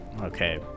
Okay